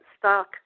stock